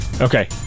okay